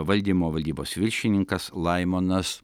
valdymo valdybos viršininkas laimonas